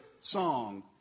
song